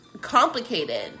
complicated